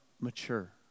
mature